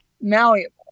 malleable